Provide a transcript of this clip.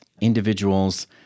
individuals